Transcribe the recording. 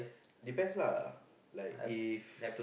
depends lah like if